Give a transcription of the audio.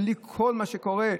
בלי כל מה שקורה.